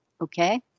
okay